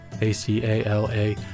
A-C-A-L-A